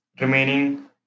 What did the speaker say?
remaining